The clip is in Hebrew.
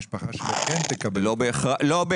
המשפחה שלו כן תקבל --- לא בהכרח.